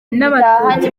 n’abatutsi